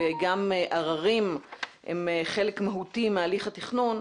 וגם עררים הם חלק מהותי מהליך התכנון,